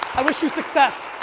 i wish you success.